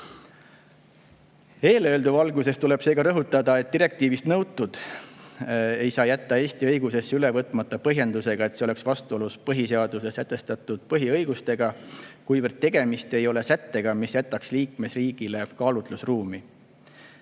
Eelöeldu valguses tuleb rõhutada, et direktiivis nõutut ei saa jätta Eesti õigusesse üle võtmata põhjendusega, et see oleks vastuolus põhiseaduses sätestatud põhiõigustega, kuivõrd tegemist ei ole sättega, mis jätaks liikmesriigile kaalutlusruumi.